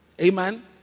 Amen